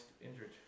injured